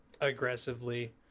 aggressively